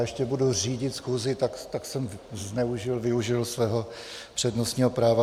Ještě budu řídit schůzi, tak jsem zneužil, využil svého přednostního práva.